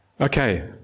okay